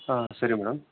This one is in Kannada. ಹಾಂ ಸರಿ ಮೇಡಮ್